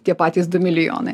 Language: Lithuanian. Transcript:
tie patys du milijonai